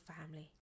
family